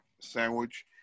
sandwich